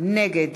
נגד